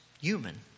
human